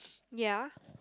ya